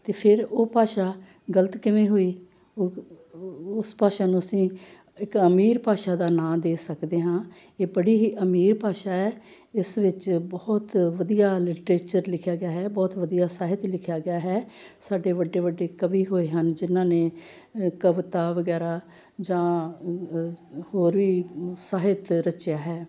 ਅਤੇ ਫਿਰ ਉਹ ਭਾਸ਼ਾ ਗਲਤ ਕਿਵੇਂ ਹੋਈ ਉਹ ਉਸ ਭਾਸ਼ਾ ਨੂੰ ਅਸੀਂ ਇੱਕ ਅਮੀਰ ਭਾਸ਼ਾ ਦਾ ਨਾਂ ਦੇ ਸਕਦੇ ਹਾਂ ਇਹ ਬੜੀ ਹੀ ਅਮੀਰ ਭਾਸ਼ਾ ਹੈ ਇਸ ਵਿੱਚ ਬਹੁਤ ਵਧੀਆ ਲਿਟਰੇਚਰ ਲਿਖਿਆ ਗਿਆ ਹੈ ਬਹੁਤ ਵਧੀਆ ਸਾਹਿਤ ਲਿਖਿਆ ਗਿਆ ਹੈ ਸਾਡੇ ਵੱਡੇ ਵੱਡੇ ਕਵੀ ਹੋਏ ਹਨ ਜਿਨ੍ਹਾਂ ਨੇ ਕਵਿਤਾ ਵਗੈਰਾ ਜਾਂ ਹੋਰ ਵੀ ਸਾਹਿਤ ਰਚਿਆ ਹੈ